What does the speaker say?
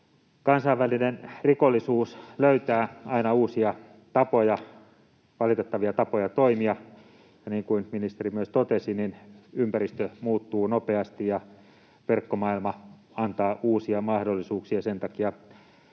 Kansainvälinen rikollisuus löytää aina uusia tapoja, valitettavia tapoja toimia, ja niin kuin ministeri myös totesi, niin ympäristö muuttuu nopeasti ja verkkomaailma antaa uusia mahdollisuuksia. Sen takia